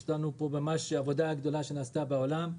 עשינו עבודה גדולה לבדוק מה קורה בעולם.